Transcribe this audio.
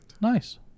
Nice